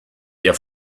der